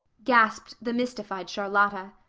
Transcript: gasped the mystified charlotta.